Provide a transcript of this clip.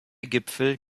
gipfel